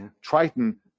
Triton